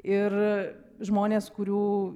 ir žmonės kurių